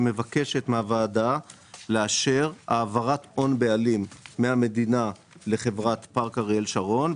שמבקשת מהוועדה לאשר העברת הון בעלים מהמדינה לחברת פארק אריאל שרון,